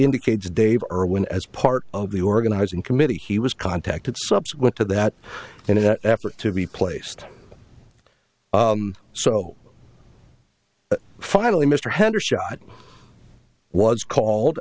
indicates dave irwin as part of the organizing committee he was contacted subsequent to that in an effort to be placed so finally mr henderson was called